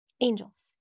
angels